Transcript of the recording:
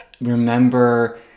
remember